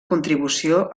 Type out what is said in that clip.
contribució